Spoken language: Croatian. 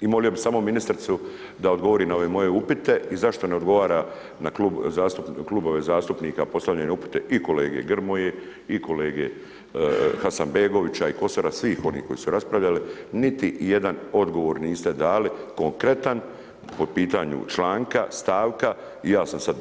I molio bi samo ministricu da odgovori na ove moje upite i zašto ne odgovora na klubove zastupnike, postavljene upite i kolege Grmoje, i kolege Hasanbegovića i Kosora, svih oni koji su raspravljali, niti jedan odgovor niste dali, konkretan po pitanju članka, stavka i ja sam sad